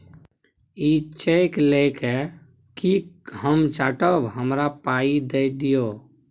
इ चैक लए कय कि हम चाटब? हमरा पाइ दए दियौ